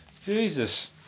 Jesus